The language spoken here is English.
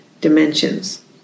dimensions